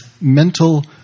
mental